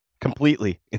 Completely